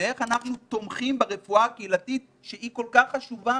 ואיך אנחנו תומכים ברפואה הקהילתית שהיא כל כך חשובה.